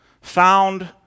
found